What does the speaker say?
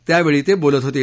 त्यावेळी ते बोलत होते